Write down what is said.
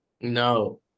No